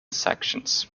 sections